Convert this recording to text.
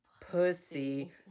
pussy